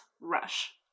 rush